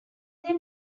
then